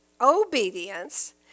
obedience